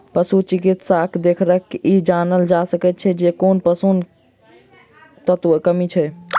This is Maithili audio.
पशु चिकित्सकक देखरेख मे ई जानल जा सकैत छै जे कोन पोषण तत्वक कमी छै